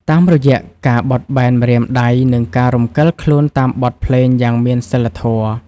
តាមរយៈការបត់បែនម្រាមដៃ និងការរំកិលខ្លួនតាមបទភ្លេងយ៉ាងមានសីលធម៌។